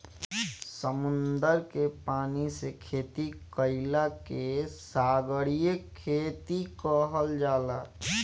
समुंदर के पानी से खेती कईला के सागरीय खेती कहल जाला